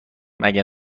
مگه